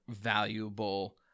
valuable